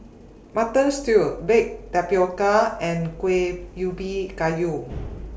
Mutton Stew Baked Tapioca and Kueh Ubi Kayu